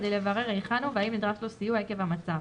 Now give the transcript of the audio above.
כדי לברר היכן הוא והאם נדרש לו סיוע עקב המצב,